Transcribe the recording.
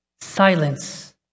Silence